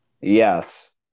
Yes